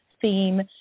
theme